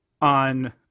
on